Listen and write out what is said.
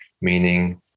meaning